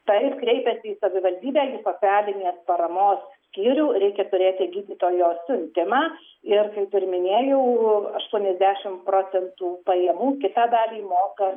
taip kreipiasi į savivaldybę į socialinės paramos skyrių reikia turėti gydytojo siuntimą ir kaip ir minėjau aštuoniasdešim procentų pajamų kitą dalį moka